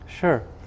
Sure